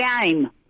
game